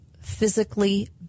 physically